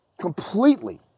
completely